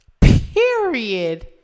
Period